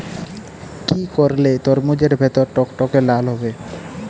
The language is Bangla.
কি করলে তরমুজ এর ভেতর টকটকে লাল হবে?